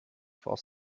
vor